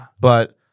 But-